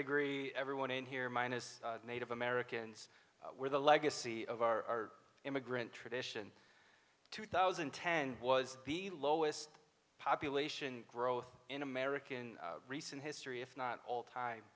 degree everyone in here minus native americans were the legacy of our immigrant tradition two thousand and ten was the lowest population growth in american recent history if not all time